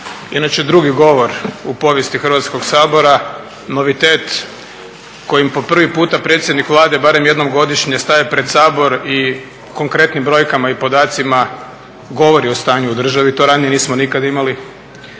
inače drugi govor u povijesti Hrvatskog sabora, novitet kojim po prvi puta predsjednik Vlade barem jednom godišnje staje pred Sabor i konkretnim brojkama i podacima govori o stanju u državi, to ranije nismo nikada imali,